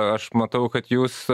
aš matau kad jūs